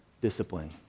Discipline